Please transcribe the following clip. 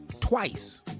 twice